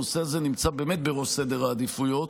הנושא הזה נמצא באמת בראש סדר העדיפויות